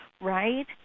right